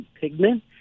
pigment